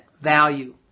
value